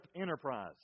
Enterprise